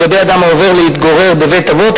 ולגבי אדם העובר להתגורר בבית-אבות,